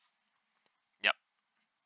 yup